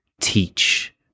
teach